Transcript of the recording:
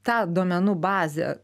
ta duomenų bazė